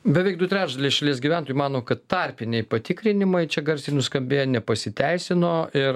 beveik du trečdaliai šalies gyventojų mano kad tarpiniai patikrinimai čia garsiai nuskambėję nepasiteisino ir